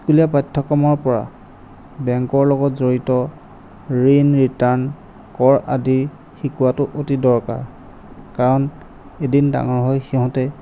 স্কুলীয়া পাঠ্যক্ৰমৰ পৰা বেংকৰ লগত জড়িত ঋণ ৰিটাৰ্ণ কৰ আদি শিকোৱাটো অতি দৰকাৰ কাৰণ এদিন ডাঙৰ হৈ সিহঁতে